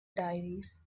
diaries